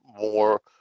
more